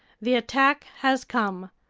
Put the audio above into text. the attack has come.